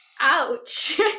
ouch